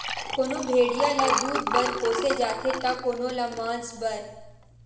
कोनो भेड़िया ल दूद बर पोसे जाथे त कोनो ल मांस बर